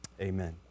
Amen